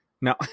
No